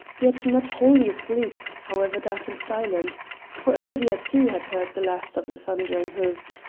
yet not wholly asleep, however dark and silent for olivia, too, had heard the last of the thundering hoofs,